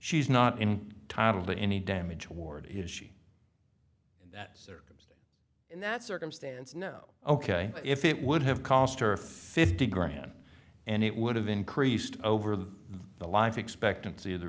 she's not in title but any damage award had she in that circumstance in that circumstance no ok if it would have cost her fifty grand and it would have increased over the life expectancy of the